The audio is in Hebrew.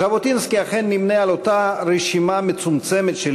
ז'בוטינסקי אכן נמנה עם אותה רשימה מצומצמת של